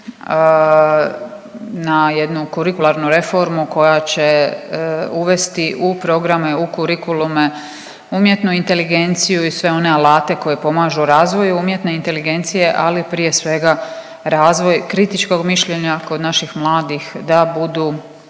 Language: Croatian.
na jednu kurikularnu reformu koja će uvesti u programe u kurikulume umjetnu inteligenciju i sve one alate koji pomažu razvoju umjetne inteligencije, ali prije svega razvoj kritičkog mišljenja kod naših mladih da budu